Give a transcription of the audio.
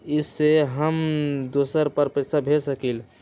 इ सेऐ हम दुसर पर पैसा भेज सकील?